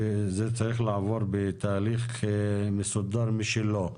שזה צריך לעבור בתהליך מסודר משלו.